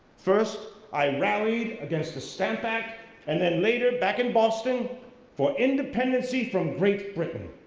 first i rallied against the set-back and then later back in boston for independency from great britain.